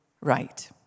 right